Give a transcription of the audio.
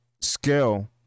skill